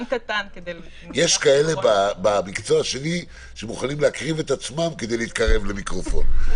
מכיוון שכבודו אמר שנתקדם במהירות.